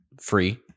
free